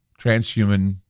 Transhuman